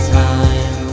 time